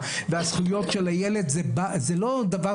בסדר גמור.